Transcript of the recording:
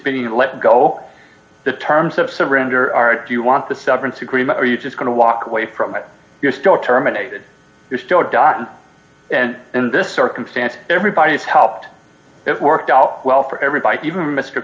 and let go the terms of surrender are do you want the severance agreement or you're just going to walk away from it you're still terminated you're still a dime and in this circumstance everybody's helped it worked out well for everybody even mr